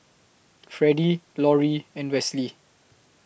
Freddie Lorie and Westley